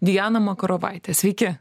diana makarovaite sveiki